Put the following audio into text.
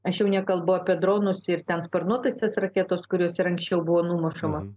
aš jau nekalbu apie dronus ir ten sparnuotąsias raketos kurios ir anksčiau buvo numušamos